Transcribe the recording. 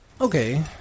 Okay